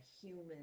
human